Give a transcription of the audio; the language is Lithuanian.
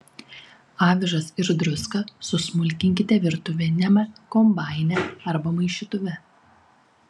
avižas ir druską susmulkinkite virtuviniame kombaine arba maišytuve